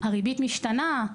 הריבית משתנה,